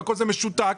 משותק.